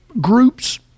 groups